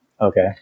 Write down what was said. Okay